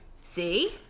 See